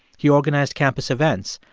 he organized campus events,